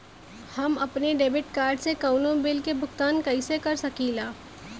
हम अपने debit card से कउनो बिल के भुगतान कइसे कर सकीला?